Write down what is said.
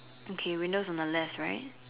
okay windows on the left right